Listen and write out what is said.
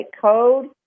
code